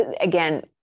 again